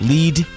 Lead